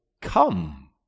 come